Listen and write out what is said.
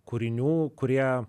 kūrinių kurie